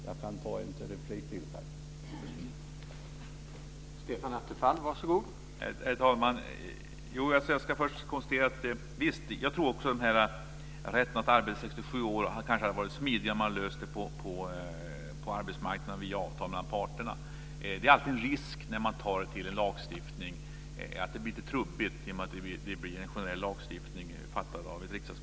Eftersom talartiden är slut får jag väl begära replik igen.